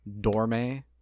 Dorme